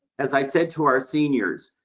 as i said to our seniors,